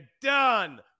done